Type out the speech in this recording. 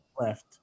left